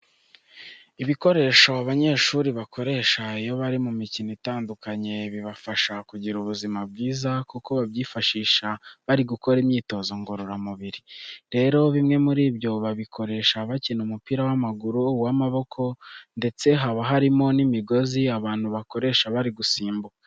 Ibikoresho abanyeshuri bakoresha iyo bari mu mikino itandukanye bibafasha kugira ubuzima bwiza kuko babyifashisha bari gukora imyitozo ngororamubiri. Rero bimwe muri byo babikoresha bakina umupira w'amaguru, uw'amaboko ndetse haba harimo n'imigozi abantu bakoresha bari gusimbuka.